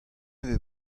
vez